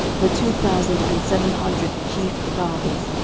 were two thousand and seven hundred chief fathers,